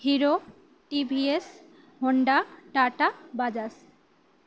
hero TVS Honda Tata Bajaj